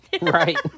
right